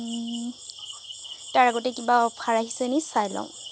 তাৰ আগতে কিবা অফাৰ আহিছে নি চাই লওঁ